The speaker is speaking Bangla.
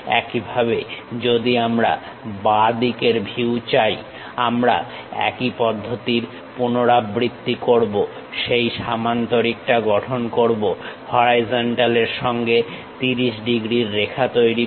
একইভাবে যদি আমরা বাঁ দিকের ভিউ চাই আমরা একই পদ্ধতির পুনরাবৃত্তি করব সেই সামান্তরিকটা গঠন করবো হরাইজন্টালের সঙ্গে 30 ডিগ্রীর রেখা তৈরি করে